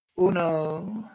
Uno